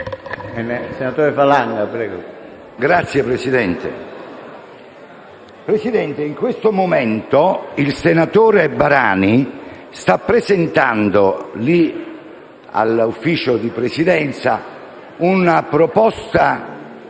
Presidente, in questo momento il senatore Barani sta presentando all'Ufficio di Presidenza una proposta